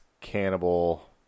cannibal